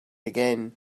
again